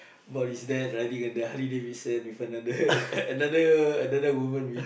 about his dad riding a the Harley-Davidson with another another another woman